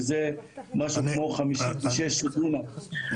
שזה משהו כמו 56 דונם,